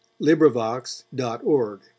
LibriVox.org